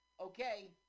okay